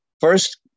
First